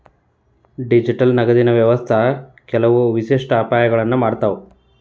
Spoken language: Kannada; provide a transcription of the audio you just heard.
ಡಿಜಿಟಲ್ ನಗದಿನ್ ವ್ಯವಸ್ಥಾ ಕೆಲವು ವಿಶಿಷ್ಟ ಅಪಾಯಗಳನ್ನ ಮಾಡತಾವ